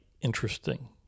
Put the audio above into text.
interesting